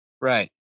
Right